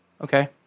Okay